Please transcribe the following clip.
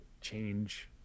change